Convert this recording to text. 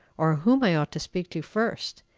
or whom i ought to speak to first,